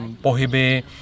pohyby